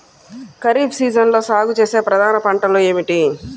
ఖరీఫ్ సీజన్లో సాగుచేసే ప్రధాన పంటలు ఏమిటీ?